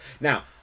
Now